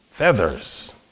Feathers